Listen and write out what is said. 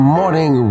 morning